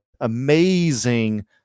amazing